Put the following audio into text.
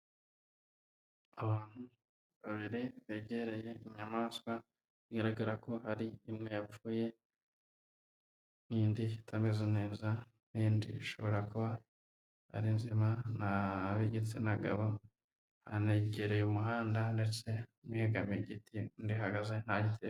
Abantu babiri begereye inyamaswa bigaragara ko hari imwe yapfuye, n'indi itameze neza, n'indi ishobora kuba ari nzima. Ni ab'igitsina gabo banegereye umuhanda ndetse umwe yegamiye igiti, undi ahagaze nta...